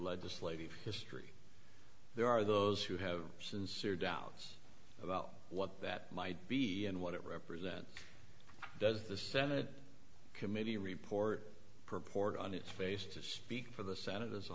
legislative history there are those who have sincere doubts about what that might be and what it represents does the senate committee report purport on its face to speak for the senate as a